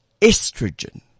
estrogen